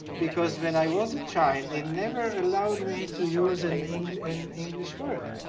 because when i was a child, they never allowed me to use an english and english word.